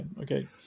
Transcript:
okay